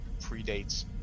predates